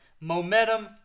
Momentum